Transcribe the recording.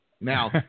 Now